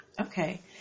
Okay